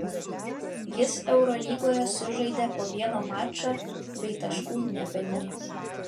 jis eurolygoje sužaidė po vieną mačą bei taškų nepelnė